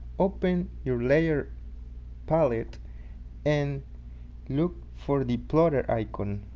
open your layer palette and look for the plotter icon